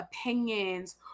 opinions